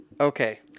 Okay